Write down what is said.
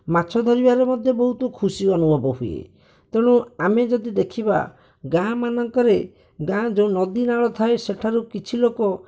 ମାଛ ଧରିବାର ମଧ୍ୟ ବହୁତ ଖୁସି ଅନୁଭବ ହୁଏ ତେଣୁ ଆମେ ଯଦି ଦେଖିବା ଗାଁ ମାନଙ୍କରେ ଗାଁ ଯେଉଁ ନଦୀନାଳ ଥାଏ ସେଠାରୁ କିଛି ଲୋକ